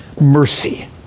mercy